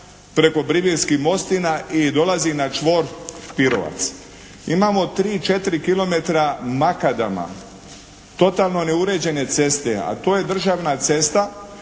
preko Bribirskih mostina i dolazi na čvor Pirovac. Imamo 3, 4 kilometra makadama, totalno neuređene ceste a to je državna cesta